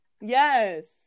Yes